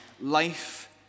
Life